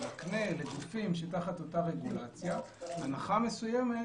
מקנה לגופים שתחת אותה רגולציה הנחה מסוימת